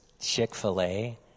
Chick-fil-A